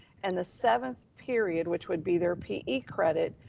and the seventh period, which would be their pe credit,